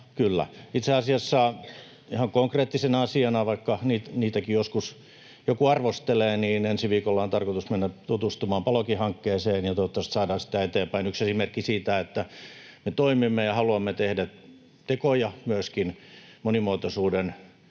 itse asiassa ihan konkreettisena asiana, vaikka niitäkin joskus joku arvostelee, ensi viikolla on tarkoitus mennä tutustumaan Palokin hankkeeseen, ja toivottavasti saadaan sitä eteenpäin. Yksi esimerkki siitä, että me toimimme ja haluamme tehdä tekoja myöskin monimuotoisuuden